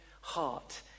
heart